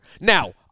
Now